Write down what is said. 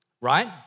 right